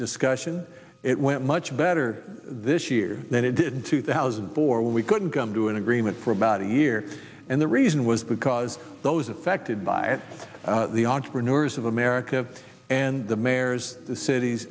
discussion it went much better this year than it did in two thousand and four when we couldn't come to an agreement for about a year and the reason was because those affected by the entrepreneurs of america and the